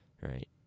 right